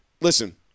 listen